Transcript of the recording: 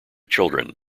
children